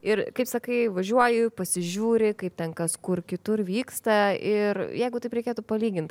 ir kaip sakai važiuoji pasižiūri kaip ten kas kur kitur vyksta ir jeigu taip reikėtų palygint